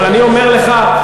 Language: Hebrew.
אבל אני אומר לך,